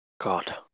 God